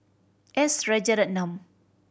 S Rajaratnam